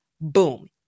Boom